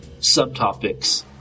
subtopics